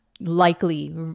likely